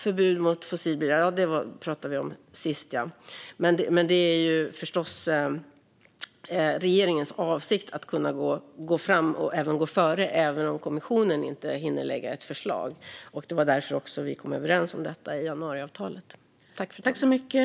Förbud mot fossilt bränsle pratade vi om sist. Men regeringens avsikt är förstås att gå fram och även gå före även om kommissionen inte hinner lägga fram ett förslag. Det var också därför vi kom överens om det i januariavtalet.